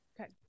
Okay